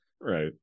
Right